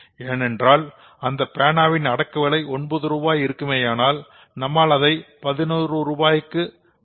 ஏனென்றால் அந்த பேனாவின் அடக்கவிலை ஒன்பது ரூபாய் இருக்குமேயானால் நம்மால் அதை 11 ரூபாய் விலைக்கு விற்கலாம்